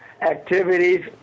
activities